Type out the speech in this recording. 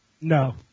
No